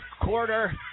quarter